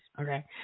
Okay